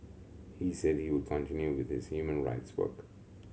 he said he would continue with his human rights work